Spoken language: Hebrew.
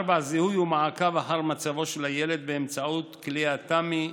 4. זיהוי ומעקב אחר מצבו של הילד באמצעות כלי התמ"י,